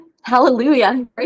Hallelujah